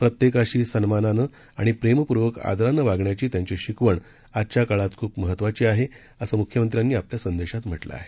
प्रत्येकाशीसन्मानानेआणिप्रेमपूर्वकआदरानेवागण्याचीत्यांचीशिकवणआजच्याकाळातखूपमह त्वाचीआहे असंमुख्यमंत्र्यांनीआपल्यासंदेशातम्हटलंआहे